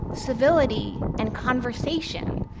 civility and conversation,